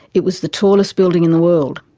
it was the tallest building in the world,